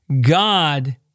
God